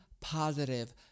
positive